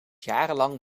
jarenlang